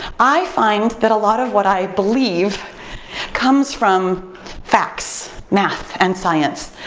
i find that a lot of what i believe comes from facts, math, and science.